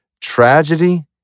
tragedy